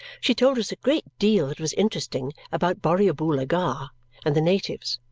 she told us a great deal that was interesting about borrioboola-gha and the natives,